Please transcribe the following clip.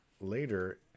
later